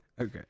Okay